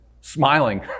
smiling